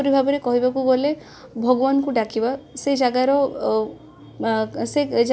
ରାବଣ ସୁପର୍ଣ୍ଣରେଖାର ଭାଇ ସିଏ ସୀତାଙ୍କୁ ହରଣ କରିଥିଲେ